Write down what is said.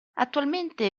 attualmente